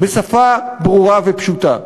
בשפה ברורה ופשוטה.